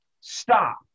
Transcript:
Stop